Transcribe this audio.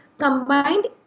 combined